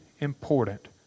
important